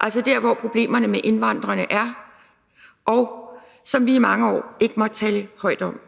altså der, hvor problemerne med indvandrerne er, som vi i mange år ikke måtte tale højt om.